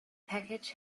package